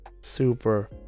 super